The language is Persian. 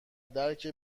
درک